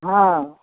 हाँ